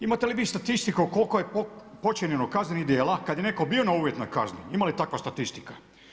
Imate li vi statistiku koliko je počinjeno kaznenih djela kada je netko bio na uvjetnoj kazni, ima li takva statistika?